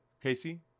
Casey